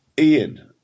Ian